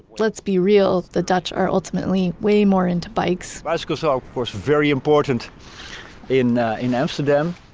let's be real, the dutch are ultimately way more into bikes bicycles are, of course, very important in ah in amsterdam.